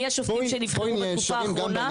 שהרפורמה קשורה בהם.